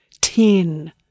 Ten